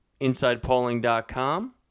InsidePolling.com